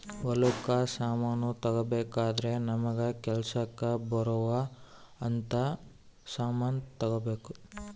ಹೊಲಕ್ ಸಮಾನ ತಗೊಬೆಕಾದ್ರೆ ನಮಗ ಕೆಲಸಕ್ ಬರೊವ್ ಅಂತ ಸಮಾನ್ ತೆಗೊಬೆಕು